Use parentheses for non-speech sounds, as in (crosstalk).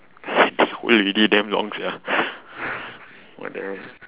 (breath) that old lady damn long sia (breath) what the heck